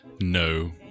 No